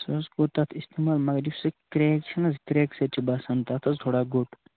سُہ حظ کوٚر تَتھ اِستعمال مگر یُس سُہ کرٛیک چھِنہٕ حظ کرٛیکہٕ سۭتۍ چھِ باسان تَتھ حظ تھوڑا گوٚٹ